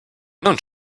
non